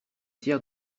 tiers